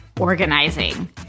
organizing